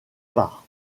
part